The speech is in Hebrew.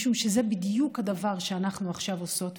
משום שזה בדיוק הדבר שאנחנו עכשיו עושות ועושים,